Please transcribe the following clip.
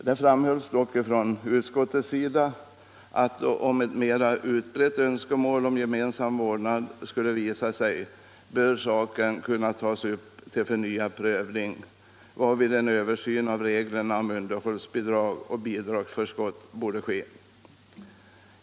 Det framhölls dock från utskottets sida att om ett mer utbrett önskemål om gemensam vårdnad skulle visa sig, borde saken kunna tas upp till förnyad prövning, varvid en översyn av reglerna om underhållsbidrag och bidragsförskott borde ske.